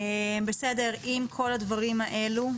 עם כל הדברים האלה,